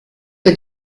für